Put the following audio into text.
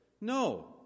no